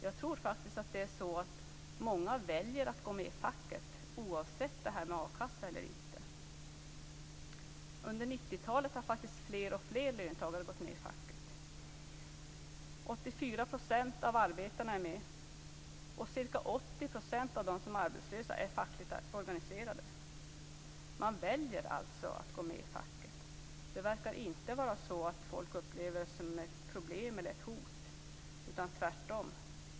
Jag tror faktiskt att många väljer att gå med i facket, a-kassa eller inte. Under 90-talet har faktiskt fler och fler löntagare gått med i facket. 84 % av arbetarna är med, och ca 80 % av dem som är arbetslösa är fackligt organiserade. Man väljer alltså att gå med i facket. Det verkar inte vara så att folk upplever det som ett problem eller ett hot, tvärtom.